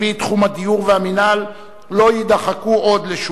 תחום הדיור והמינהל לא יידחקו עוד לשולי